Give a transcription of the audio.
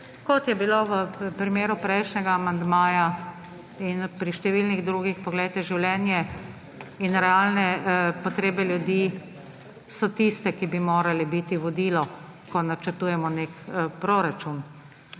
Kot je bilo v primeru prejšnjega amandmaja in pri številnih drugih, poglejte, življenje in realne potrebe ljudi so tiste, ki bi morale biti vodilo, ko načrtujemo nek proračun,